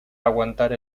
aguantar